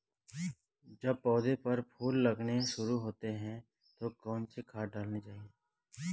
जब पौधें पर फूल लगने शुरू होते हैं तो कौन सी खाद डालनी चाहिए?